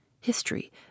History